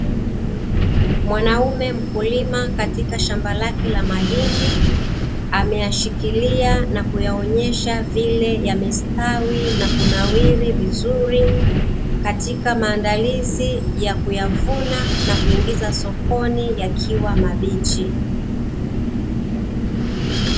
Mwanaume mkulima katika shamba lake la mahindi, ameyashikilia na kuyaonyesha vile yamestawi na kunawiri vizuri katika maandalizi ya kuyavuna na kuingiza sokoni yakiwa mabichi.